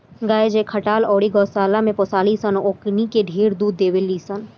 गाय जे खटाल अउरी गौशाला में पोसाली सन ओकनी के ढेरे दूध देवेली सन